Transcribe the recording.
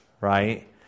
right